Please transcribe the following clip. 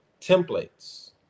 templates